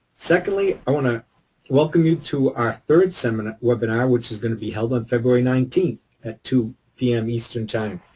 secondly, i want to welcome you to our third seminar webinar, which is going to be held on february nineteenth at two zero p m. eastern time.